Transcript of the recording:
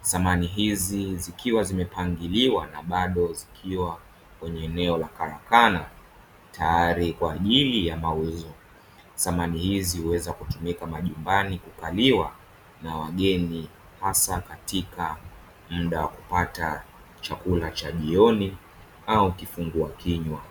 samani hizi zikiwa zimepangiliwa na bado zikiwa kwenye eneo la karakana tayari kwa ajili ya mauzo. Samani hizi huweza kutumika nyumbani kukaliwa na wageni katika muda wa kupata chakula cha jioni au kifungua kinywa.